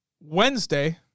Wednesday